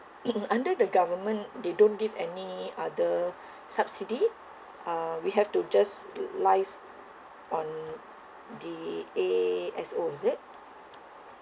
under the government they don't give any other subsidy uh we have to just ~ lies on the A S O is it